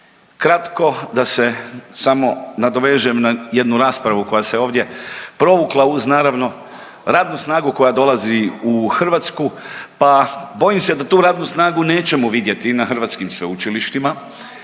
Kratko da se samo nadovežem na jednu raspravu koja se ovdje provukla uz naravno radnu snagu koja dolazi u Hrvatsku, pa bojim se da tu radnu snagu nećemo vidjeti na hrvatskim sveučilištima,